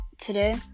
today